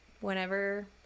whenever